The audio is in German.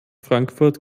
frankfurt